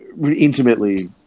Intimately